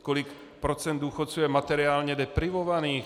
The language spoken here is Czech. Kolik procent důchodců je materiálně deprivovaných?